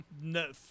No